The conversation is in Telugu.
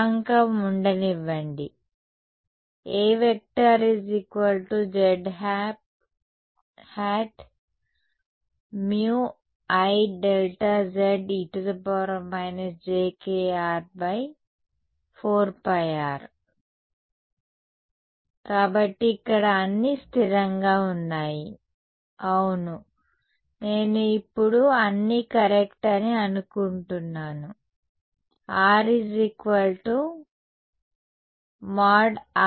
స్థిరాంకం ఉండనివ్వండి A zμIΔze jkr|4πR A zμIΔze jkr|4πR కాబట్టి ఇక్కడ అన్నీ స్థిరంగా ఉన్నాయి అవును నేను ఇప్పుడు అన్నీ కరెక్ట్ అని అనుకుంటున్నాను r |r|